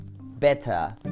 Better